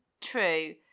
true